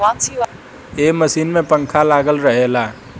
ए machine में पंखा लागल रहेला